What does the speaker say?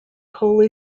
holy